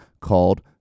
called